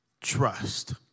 trust